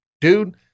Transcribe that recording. dude